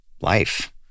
life